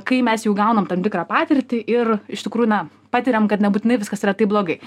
kai mes jau gaunam tam tikrą patirtį ir iš tikrųjų na patiriam kad nebūtinai viskas yra taip blogai